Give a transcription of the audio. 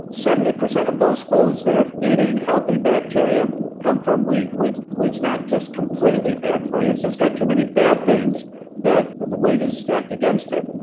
seventy percent of those foods that are feeding healthy bacteria come from wheat wheat is not just completely bad for you. it's just got too many bad things that the weight is stacked against it.